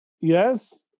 Yes